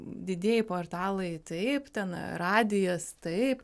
didieji portalai taip ten radijas taip